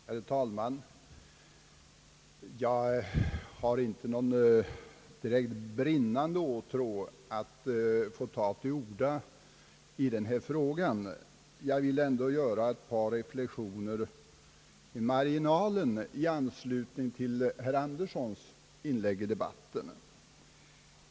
Herr talman! Jag har inte någon direkt brinnande åtrå att ta till orda i den här frågan, men jag vill ändå göra ett par reflexioner i anslutning till herr Axel Anderssons inlägg i dehatten.